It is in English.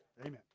Amen